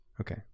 Okay